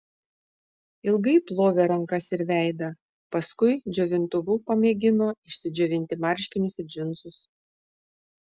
ilgai plovė rankas ir veidą paskui džiovintuvu pamėgino išsidžiovinti marškinius ir džinsus